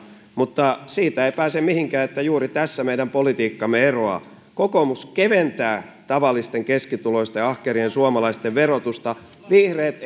mutta siitä ei pääse mihinkään että juuri tässä meidän politiikkamme eroaa kokoomus keventää tavallisten keskituloisten ahkerien suomalaisten verotusta vihreät